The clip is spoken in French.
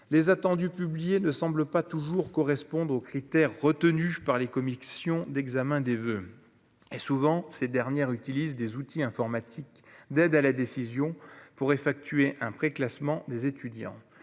les attendus publiés ne semble pas toujours correspondent aux critères retenus par les commissions d'examen des voeux et souvent ces dernières utilisent des outils informatiques d'aide à la décision pour effectuer un pré-classement des étudiants,